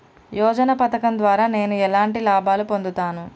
యోజన పథకం ద్వారా నేను ఎలాంటి లాభాలు పొందుతాను?